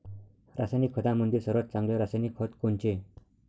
रासायनिक खतामंदी सर्वात चांगले रासायनिक खत कोनचे?